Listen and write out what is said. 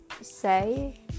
say